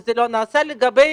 וזה לא נעשה לגבי